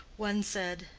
one said,